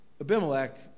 Abimelech